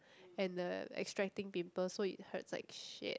and the extracting pimples so it hurts like shit